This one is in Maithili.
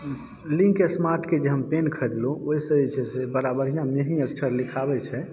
लिंक स्मार्ट के जे हम पेन ख़रीदलहुॅं ओहिसॅं जे छै से बड़ा बढ़िऑं महिन अक्षर लिखाबै छै